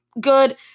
good